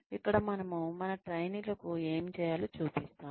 ఇక్కడ మనము మన ట్రైనీలకు ఏమి చేయాలో చూపిస్తాము